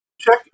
Check